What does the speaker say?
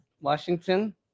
Washington